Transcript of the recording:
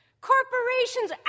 Corporations